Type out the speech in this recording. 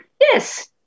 yes